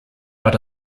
but